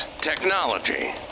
technology